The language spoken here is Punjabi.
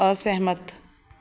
ਅਸਹਿਮਤ